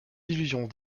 illusions